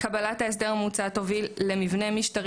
לפדופיל שהודה בבית משפט,